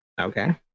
Okay